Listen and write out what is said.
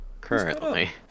Currently